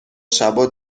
شبا